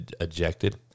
ejected